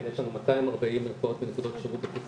יש לנו 240 מרפאות ונקודות שירות בפריסה